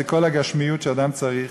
זה כל הגשמיוּת שאדם צריך,